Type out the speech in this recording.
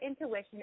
intuition